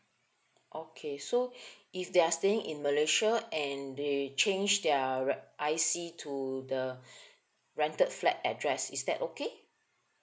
okay so if they are staying in malaysia and they change their I_C to the rented flat address is that okay